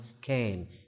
came